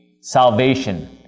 salvation